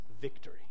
victory